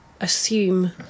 assume